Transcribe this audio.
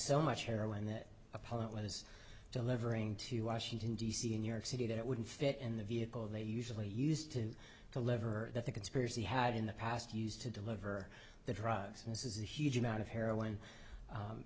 so much heroin that a pot was delivering to washington d c in new york city that it wouldn't fit in the vehicle they usually used to deliver that the conspiracy had in the past used to deliver the drugs and this is a huge amount of heroin